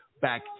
back